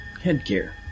headgear